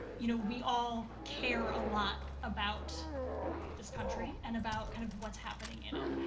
you know, we all care a lot about this country and about kind of what's happening in it.